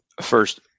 first